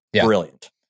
brilliant